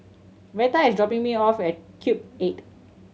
Reta is dropping me off at Cube Eight